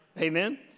Amen